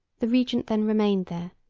the regent then remained there,